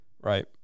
Right